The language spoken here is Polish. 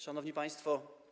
Szanowni Państwo!